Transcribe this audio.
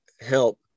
help